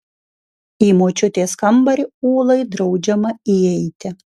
į močiutės kambarį ūlai draudžiama įeiti